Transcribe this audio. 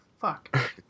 fuck